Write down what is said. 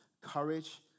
Courage